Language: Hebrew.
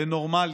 לנורמליות,